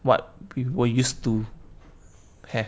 what we were used to have